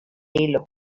hilo